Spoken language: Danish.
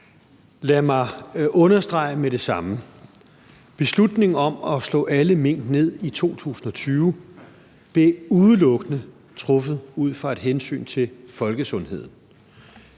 Lad mig med det samme understrege: Beslutningen om at slå alle mink ned i 2020 blev udelukkende truffet ud fra et hensyn til folkesundheden.